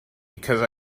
because